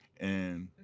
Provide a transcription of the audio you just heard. and